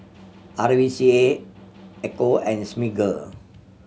R V C A Ecco and Smiggle